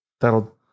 That'll